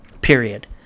Period